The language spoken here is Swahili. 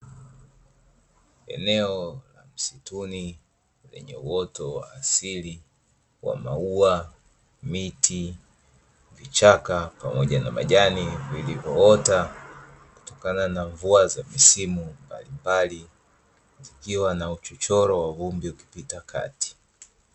Eneo la msituni lenye uoto wa asili wa maua, miti , vichaka pamoja na Majani vilivoota kutokana na mvua za misimu mbalimbali zikiwa na uchochoro wa vumbi ukipita Kati.